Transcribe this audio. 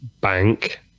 bank